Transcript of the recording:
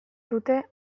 dute